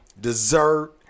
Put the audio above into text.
dessert